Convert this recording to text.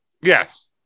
Yes